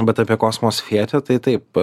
bet apie kosmos theatre taip taip